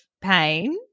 pain